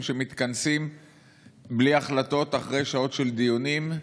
שמתכנסים בלי החלטות אחרי שעות של דיונים.